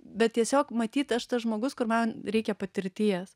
bet tiesiog matyt aš tas žmogus kur man reikia patirties